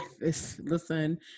Listen